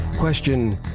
Question